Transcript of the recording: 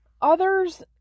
others